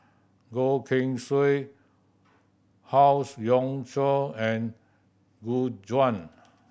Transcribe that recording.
Goh Keng Swee Howe Yoon Chong and Gu Juan